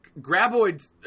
graboids